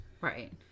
right